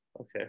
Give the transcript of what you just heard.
Okay